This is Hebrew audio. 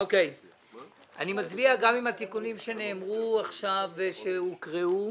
אני מצביע גם על התיקונים שנאמרו עכשיו ושהוקראו.